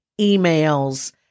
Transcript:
emails